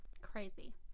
Crazy